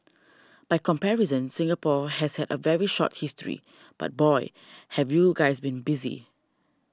by comparison Singapore has had a very short history but boy have you guys been busy